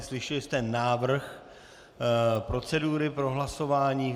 Slyšeli jste návrh procedury pro hlasování.